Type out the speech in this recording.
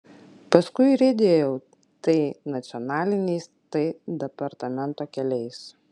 paskui riedėjau tai nacionaliniais tai departamento keliais